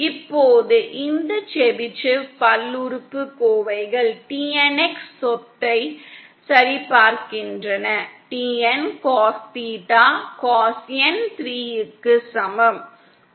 இப்போது இந்த செபிஷேவ் பல்லுறுப்புக்கோவைகள் TNX சொத்தை சரிபார்க்கின்றன TN Cos theta cos N3 க்கு சமம்